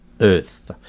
Earth